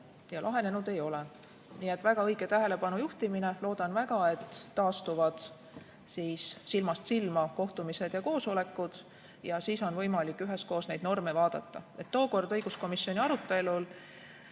ja lahenenud ei ole. Nii et väga õige tähelepanu juhtimine. Loodan väga, et taastuvad silmast silma kohtumised ja koosolekud ning siis on võimalik üheskoos neid norme vaadata. Tookord õiguskomisjoni arutelul